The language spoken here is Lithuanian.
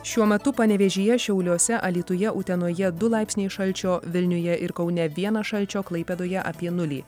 šiuo metu panevėžyje šiauliuose alytuje utenoje du laipsniai šalčio vilniuje ir kaune vienas šalčio klaipėdoje apie nulį